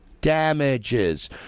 damages